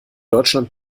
deutschland